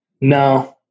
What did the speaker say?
No